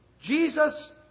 Jesus